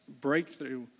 breakthrough